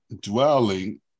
dwelling